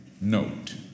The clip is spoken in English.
note